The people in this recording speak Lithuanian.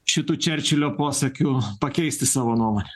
šitu čerčilio posakiu pakeisti savo nuomonę